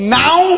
now